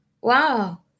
Wow